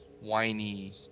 whiny